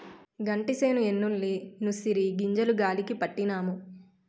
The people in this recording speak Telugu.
గంటిసేను ఎన్నుల్ని నూరిసి గింజలు గాలీ పట్టినాము